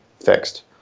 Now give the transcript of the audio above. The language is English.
fixed